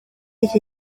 iki